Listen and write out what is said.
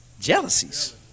Jealousies